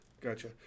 gotcha